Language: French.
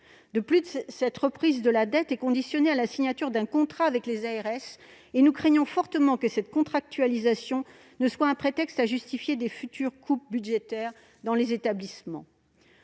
De plus, cette reprise de la dette est conditionnée à la signature d'un contrat avec les ARS et nous craignons fortement que cette contractualisation ne serve de prétexte pour justifier de futures coupes budgétaires dans les établissements.